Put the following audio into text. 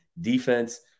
Defense